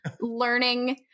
learning